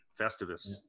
Festivus